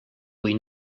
kui